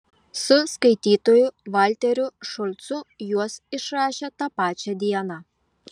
su skaitytoju valteriu šulcu juos išrašė tą pačią dieną